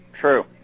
True